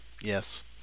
Yes